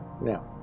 now